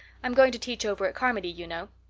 i'm going to teach over at carmody, you know.